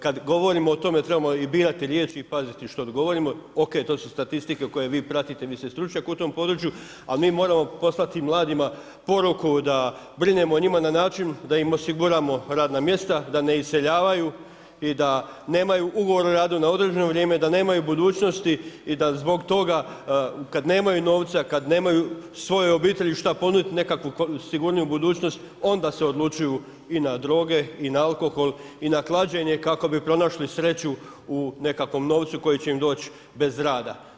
Kad govorimo o tome, trebamo i birati riječi i paziti što govorimo, ok, to su statistike koje vi pratite, vi ste stručnjak u tom području, ali mi moramo poslati mladima poruku da brinemo o njima na način da im osiguramo radna mjesta, da ne iseljavaju i da nemaju ugovor o radu na određeno, da nemaju budućnosti i da zbog toga kad nemaju novca, kad nemaju svojoj obitelji šta ponuditi, nekakvu sigurniju budućnost onda se odlučuju i na droge i na alkohol i na klađenje kako bi pronašli sreću u nekakvom novcu koji će im doći bez rada.